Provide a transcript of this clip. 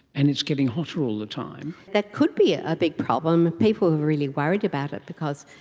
and it's getting hotter all the time. that could be a big problem. people are really worried about it because,